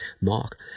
mark